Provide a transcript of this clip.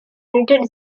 united